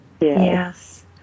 Yes